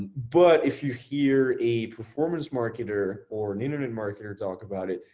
but if you hear a performance marketer or an internet marketer talk about it,